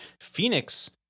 Phoenix